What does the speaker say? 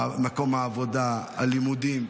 ממקום העבודה והלימודים,